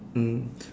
mm